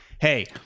hey